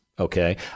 Okay